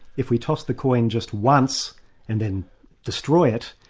if we toss the coin just once and then destroy it,